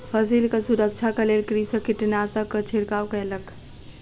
फसिलक सुरक्षाक लेल कृषक कीटनाशकक छिड़काव कयलक